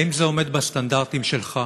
האם זה עומד בסטנדרטים שלך.